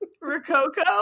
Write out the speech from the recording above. Rococo